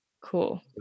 Cool